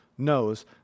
knows